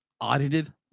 audited